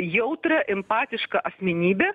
jautria empatiška asmenybe